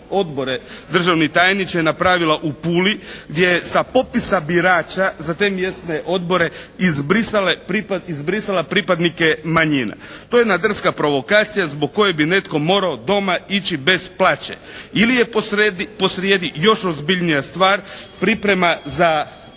odbore, državni tajniče napravila u Puli gdje je sa popisa birača za te mjesne odbore izbrisala pripadnike manjina. To je jedna drska provokacija zbog koje bi netko morao doma ići bez plaće. Ili je posrijedi još ozbiljnija stvar, priprema za